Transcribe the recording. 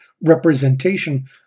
representation